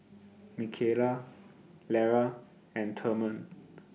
Mikayla Lera and Therman